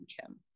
Kim